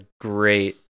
great